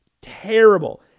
Terrible